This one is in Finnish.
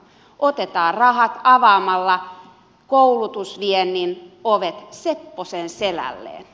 otetaan rahat avaamalla koulutusviennin ovet sepposen selälleen